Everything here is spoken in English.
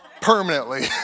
permanently